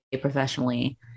professionally